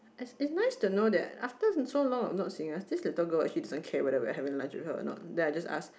it's nice to know that after so long of not seeing us this little girl actually doesn't care whether we are having lunch with her or not then I just ask